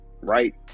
right